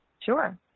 sure